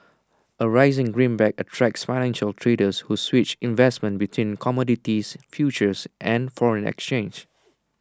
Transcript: A rising greenback attracts financial traders who switch investments between commodities futures and foreign exchange